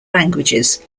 languages